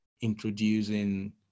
introducing